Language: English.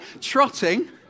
trotting